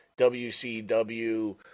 WCW